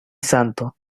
santo